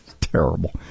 terrible